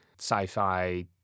sci-fi